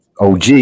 OG